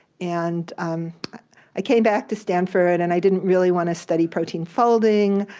and um i came back to stanford, and i didn't really want to study protein folding.